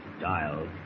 dialed